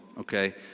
Okay